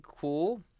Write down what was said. cool